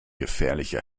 gefährlicher